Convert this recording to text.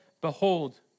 behold